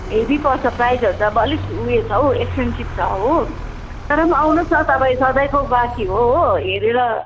heavy पर्छ प्राइसहरू त अब अलिक उयो छ हौ एक्सपेन्सिभ छ हो तर पनि अब आउनुहोस् न तपाईँ सधैँको ग्राहकी हो हेरेर